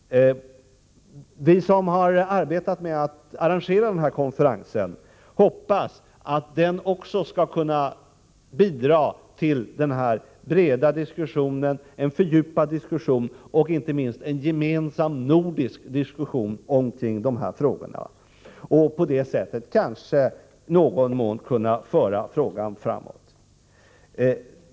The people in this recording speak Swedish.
Vi som har arbetat med att arrangera denna konferens hoppas att den skall kunna bidra till en bred och fördjupad diskussion — och inte minst till en gemensam nordisk diskussion — om denna fråga och på det sättet kanske i någon mån kunna föra frågan framåt.